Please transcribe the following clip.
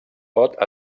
pot